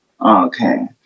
Okay